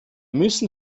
müssen